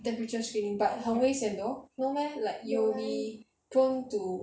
temperature screening but 很危险的哦 no meh like you'll be prone to